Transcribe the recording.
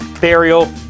burial